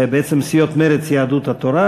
בעצם, סיעות מרצ ויהדות התורה.